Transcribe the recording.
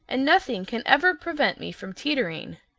and nothing can ever prevent me from teetering.